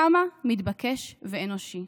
כמה מתבקש ואנושי.